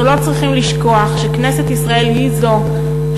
אנחנו לא צריכים לשכוח שכנסת ישראל היא שחוקקה